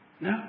no